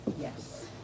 Yes